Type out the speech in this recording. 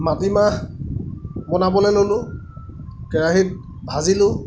মাটিমাহ বনাবলৈ ল'লোঁ কেৰাহিত ভাজিলোঁ